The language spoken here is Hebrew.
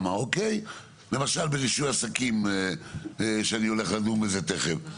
למשל רישוי עסקים שאני הולך לדון בו תכף.